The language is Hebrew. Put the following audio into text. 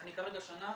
אני כרגע שנה,